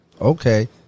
Okay